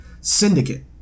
Syndicate